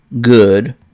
good